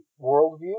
worldview